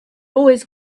always